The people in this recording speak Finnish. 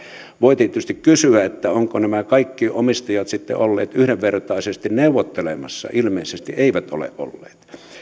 voi tietysti kysyä ovatko nämä kaikki omistajat sitten olleet yhdenvertaisesti neuvottelemassa ilmeisesti eivät ole olleet